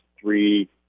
three